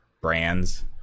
brands